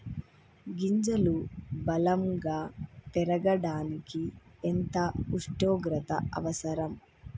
గింజలు బలం గా పెరగడానికి ఎంత ఉష్ణోగ్రత అవసరం?